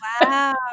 Wow